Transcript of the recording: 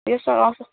यस sir आउँछ